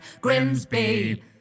Grimsby